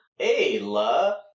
Ayla